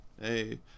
Hey